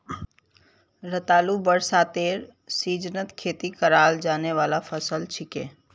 रतालू बरसातेर सीजनत खेती कराल जाने वाला फसल छिके